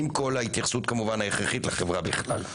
עם כל ההתייחסות כמובן ההכרחית לחברה בכלל.